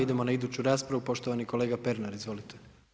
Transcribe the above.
Idemo na iduću raspravu, poštovani kolega Pernar, izvolite.